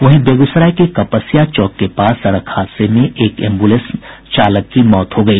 वहीं बेगूसराय के कपसिया चौक के पास सड़क हादसे में एक एम्ब्रलेंस चालक की मौत हो गई